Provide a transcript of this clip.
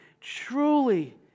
Truly